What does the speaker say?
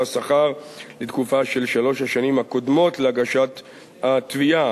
השכר לתקופה של שלוש השנים הקודמות להגשת התביעה.